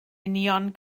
union